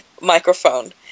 microphone